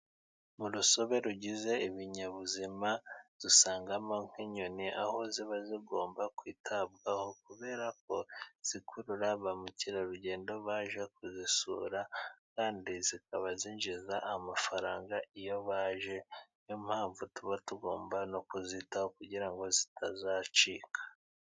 Mu rusobe rugize ibinyabuzima dusangamo nk'inyoni, aho ziba zigomba kwitabwaho kubera ko zikurura ba mukerarugendo, baje kuzisura kandi zikaba zinjiza amafaranga iyo baje, niyo mpamvu tuba tugomba no kuzitaho kugirango zitazacika.